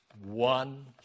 One